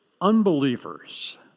unbelievers